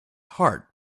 heart